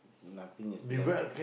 nothing is left